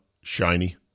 shiny